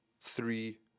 three